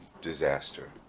disaster